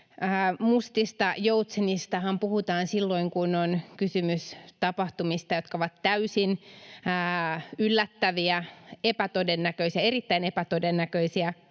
Mustista joutsenistahan puhutaan silloin, kun on kysymys tapahtumista, jotka ovat täysin yllättäviä, epätodennäköisiä, erittäin epätodennäköisiä,